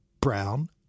brown